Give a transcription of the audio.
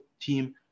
team